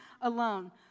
alone